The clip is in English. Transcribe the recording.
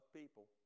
people